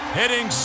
hitting